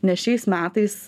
nes šiais metais